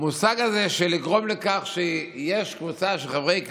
המושג הזה של לגרום לכך שיש קבוצה של חברי כנסת,